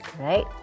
Right